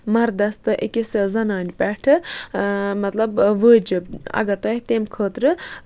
مَردَس تہٕ أکِس زَنانہِ پٮ۪ٹھٕ مطلب وٲجِب اگر تۄہہِ تمہِ خٲطرٕ